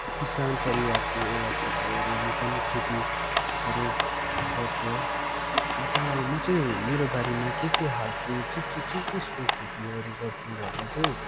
किसान परिवारको एउटा छोरा हो र म पनि खेतीहरू गर्छु है अन्त म चाहिँ मेरो बारीमा के के हाल्छु के के के को खेतीहरू गर्छु भन्दा चाहिँ